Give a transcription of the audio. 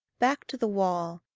back to the wall,